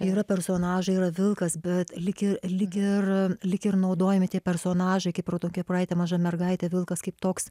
yra personažai yra vilkas bet lyg ir lyg ir lyg ir naudojami tie personažai kaip raudonkepuraitė maža mergaitė vilkas kaip toks